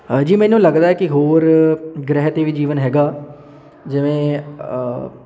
ਹਾਂਜੀ ਮੈਨੂੰ ਲੱਗਦਾ ਹੈ ਕਿ ਹੋਰ ਗ੍ਰਹਿ 'ਤੇ ਵੀ ਜੀਵਨ ਹੈਗਾ ਜਿਵੇਂ